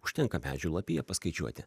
užtenka medžių lapiją paskaičiuoti